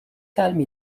calme